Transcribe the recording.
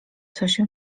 coś